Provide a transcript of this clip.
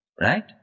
right